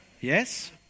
Yes